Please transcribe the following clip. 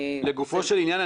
לגופו של עניין,